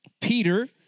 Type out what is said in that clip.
Peter